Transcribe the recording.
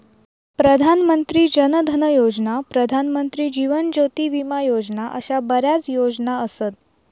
प्रधान मंत्री जन धन योजना, प्रधानमंत्री जीवन ज्योती विमा योजना अशा बऱ्याच योजना असत